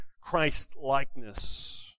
Christ-likeness